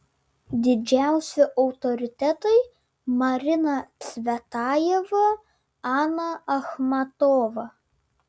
didžiausi autoritetai marina cvetajeva ana achmatova